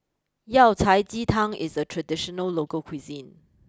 Yao Cai Ji Tang is a traditional local cuisine